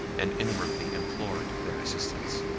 and inwardly implored their assistance.